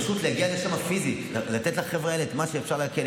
פשוט להגיע לשם פיזית ולתת לחבר'ה האלה את מה שאפשר להקל עליהם.